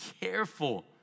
careful